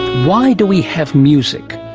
why do we have music?